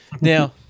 Now